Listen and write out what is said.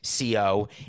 CO